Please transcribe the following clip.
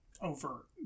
over